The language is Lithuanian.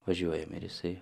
važiuojam ir jisai